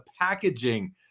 packaging